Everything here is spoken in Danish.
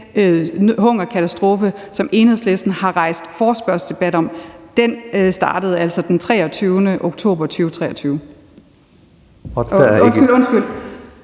hungerkatastrofe, som Enhedslisten har rejst en forespørgselsdebat om, startede altså den 7. oktober 2023. Og Danmark